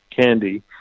candy